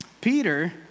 Peter